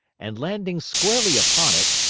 and, landing squarely upon it,